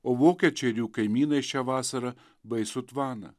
o vokiečiai ir jų kaimynai šią vasarą baisų tvaną